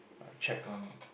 uh check on